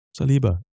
saliba